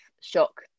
shock